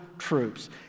troops